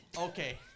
Okay